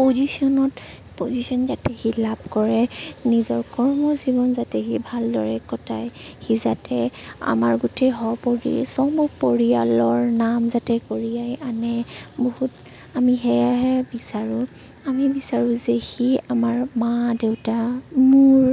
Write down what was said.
পজিশ্যনত position যাতে সি লাভ কৰে নিজৰ কৰ্মজীৱন যাতে সি ভালদৰে কটাই সি যাতে আমাৰ গোটেই সপৰিয়াল চ ম পৰিয়ালৰ নাম যাতে কঢ়িয়াই আনে বহুত আমি সেয়াহে বিচাৰোঁ আমি বিচাৰোঁ যে সি আমাৰ মা দেউতা মোৰ